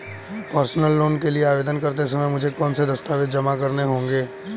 Personal loan के लिए आवेदन करते समय मुझे कौन से दस्तावेज़ जमा करने होंगे?